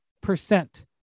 percent